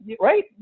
right